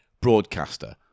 broadcaster